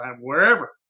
wherever